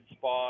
spot